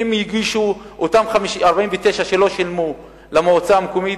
אם יגישו אותם 49% שלא שילמו למועצה המקומית,